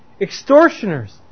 Extortioners